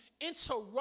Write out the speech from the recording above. interrupt